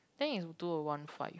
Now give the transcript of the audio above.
think is two O one five